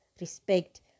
respect